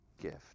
gift